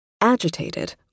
Agitated